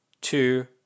two